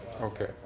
okay